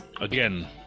Again